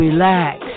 Relax